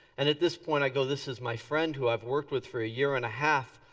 and at this point i go, this is my friend who i've worked with for a year and a half.